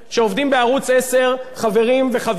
בזכות החקיקה שעשינו כאן,